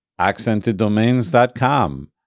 AccentedDomains.com